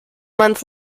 month